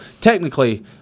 technically